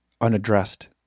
unaddressed